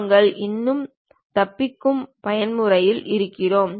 நாங்கள் இன்னும் தப்பிக்கும் பயன்முறையில் இருக்கிறோம்